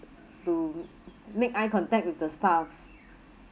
to make eye contact with the staff